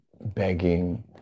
begging